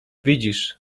widzisz